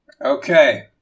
Okay